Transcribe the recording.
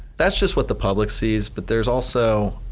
that's just what the public sees but there is also,